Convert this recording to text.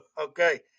okay